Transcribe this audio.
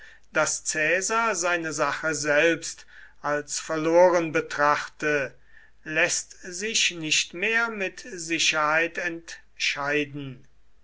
daß caesar seine sache selbst als verloren betrachte läßt sich nicht mehr mit sicherheit entscheiden